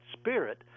Spirit